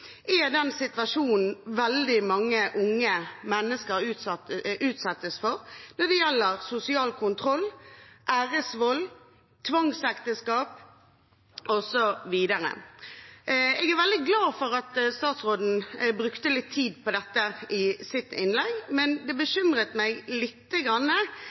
i Norge, er den situasjonen veldig mange unge mennesker utsettes for når det gjelder sosial kontroll, æresvold, tvangsekteskap osv. Jeg er veldig glad for at statsråden brukte litt tid på dette i sitt innlegg. Men